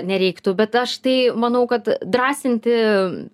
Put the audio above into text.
nereiktų bet aš tai manau kad drąsinti